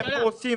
איפה עושים,